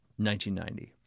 1990